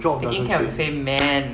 taking care of the same man